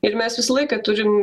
ir mes visą laiką turim